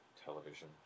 television